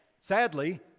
Sadly